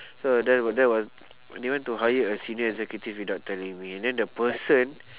so that was that was they went to hire a senior executive without telling me and then the person